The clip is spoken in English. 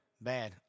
Bad